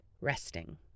resting